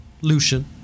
Lucian